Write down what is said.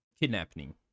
kidnapping